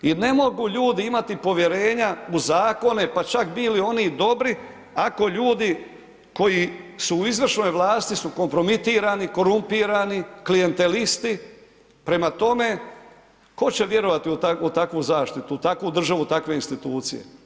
I ne mogu ljudi imati povjerenja u zakone, pa čak bili oni dobri, ako ljudi koji su u izvršnoj vlasti su kompromitirani, korumpirani, klijentelisti, prema tome tko će vjerovati u takvu zaštitu, takvu državu, takve institucije.